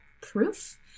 proof